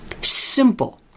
Simple